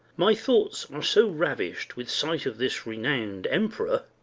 my thoughts are so ravish'd with sight of this renowmed emperor,